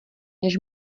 než